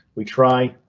we try,